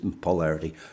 polarity